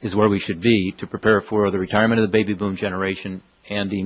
is where we should be to prepare for the retirement of baby boom generation and